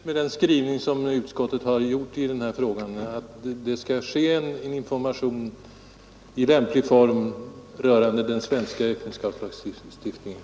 Fru talman! Det är just syftet med utskottets skrivning i denna fråga. Det skall ske en information i lämplig form rörande den svenska äktenskapslagstiftningen.